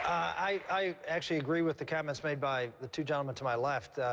i actually agree with the comments made by the two gentlemen to my left,